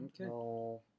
Okay